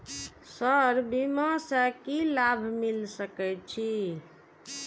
Sir बीमा से की लाभ मिल सके छी?